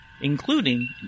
including